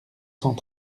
cent